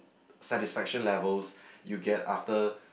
satisfaction levels you get after